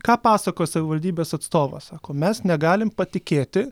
ką pasakoja savivaldybės atstovas sako mes negalim patikėti